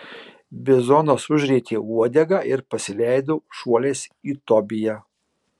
bizonas užrietė uodegą ir pasileido šuoliais į tobiją